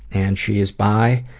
and she is bi,